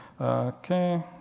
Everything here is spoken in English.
okay